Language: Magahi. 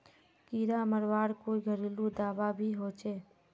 कीड़ा मरवार कोई घरेलू दाबा भी होचए?